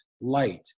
Light